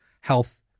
health